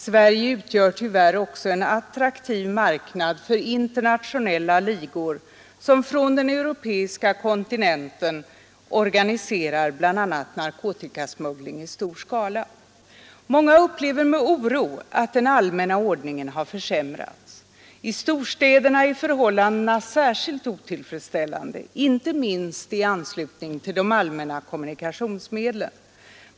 Sverige utgör tyvärr också en attraktiv marknad för internationella ligor, som från den europeiska kontinenten organiserar bl.a. narkotikasmuggling i stor skala. Många upplever med oro att den allmänna ordningen har försämrats. I storstäderna är förhållandena särskilt otillfredsställande, inte minst i anslutning till de allmänna kommunikationsmedlen.